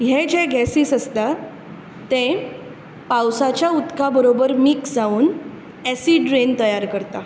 ह्ये जे गैसीज आसता ते पावसाच्या उदका बरोबर मिक्स जावून ऐसिड रैन तयार करता